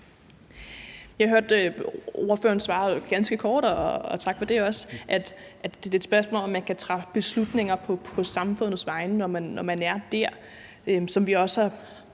(ALT): Ordføreren svarede ganske kort – og tak for det også – at det er et spørgsmål om, om man kan træffe beslutninger på samfundets vegne, når man er dér. Som vi også har